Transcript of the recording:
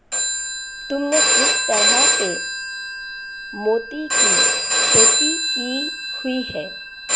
तुमने किस तरह के मोती की खेती की हुई है?